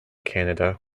canada